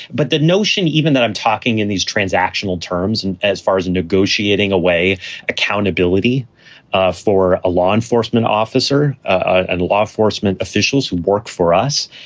but the notion even that i'm talking in these transactional terms and as far as negotiating away accountability ah for a law enforcement officer and law enforcement officials who work for us,